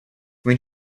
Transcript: when